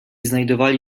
znajdowali